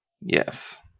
Yes